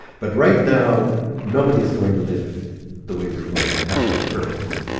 but right now nobody is going to live the way we're going to have to perfectly.